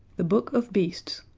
the book of beasts